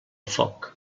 foc